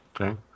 Okay